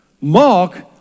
Mark